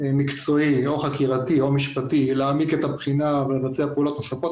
מקצועי או חקירתי או משפטי להעמיק את הבחינה ולבצע פעולות נוספות,